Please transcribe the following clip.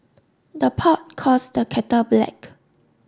the pot calls the kettle black